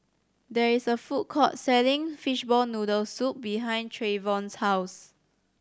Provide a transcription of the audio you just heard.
there is a food court selling fishball noodle soup behind Treyvon's house